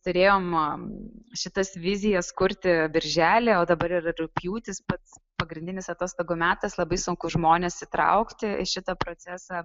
turėjom šitas vizijas kurti birželį o dabar yra rugpjūtis pats pagrindinis atostogų metas labai sunku žmones įtraukti į šitą procesą